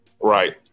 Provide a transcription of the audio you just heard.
Right